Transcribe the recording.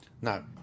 No